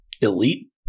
elite